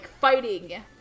fighting